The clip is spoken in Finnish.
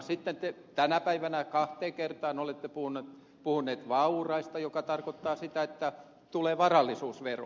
sitten te tänä päivänä kahteen kertaan olette puhunut vauraista mikä tarkoittaa sitä että tulee varallisuusvero